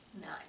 Nine